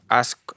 ask